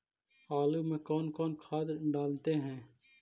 आलू में कौन कौन खाद डालते हैं?